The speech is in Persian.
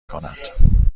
کند